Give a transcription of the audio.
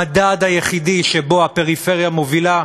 המדד היחיד שבו הפריפריה מובילה,